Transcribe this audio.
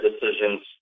decisions